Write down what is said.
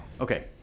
Okay